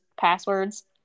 passwords